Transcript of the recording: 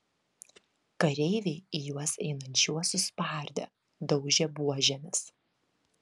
kareiviai į juos einančiuosius spardė daužė buožėmis